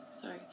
Sorry